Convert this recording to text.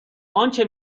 آنچه